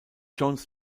jones